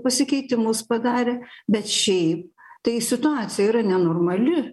pasikeitimus padarė bet šiaip tai situacija yra nenormali